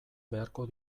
beharko